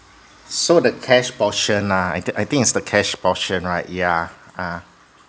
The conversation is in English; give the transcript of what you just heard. so the cash portion ah I think I think is the cash portion right yeah ah